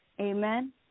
Amen